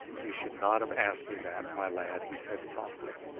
you should not have asked me that, my lad, he said softly.